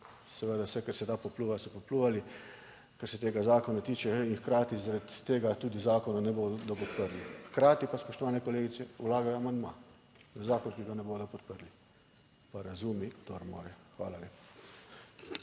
seveda vse kar se da popljuva, so popljuvali kar se tega zakona tiče in hkrati zaradi tega tudi zakona ne bodo podprli, hkrati pa, spoštovane kolegice, vlagajo amandma za zakon, ki ga ne bodo podprli. Pa razumi kdor more. Hvala lepa.